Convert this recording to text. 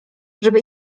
żeby